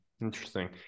Interesting